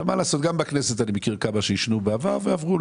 גם בכנסת אני מכיר כמה שעישנו בעבר ועברו